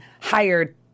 hired